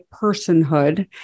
personhood